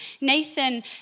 Nathan